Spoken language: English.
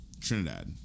Trinidad